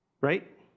right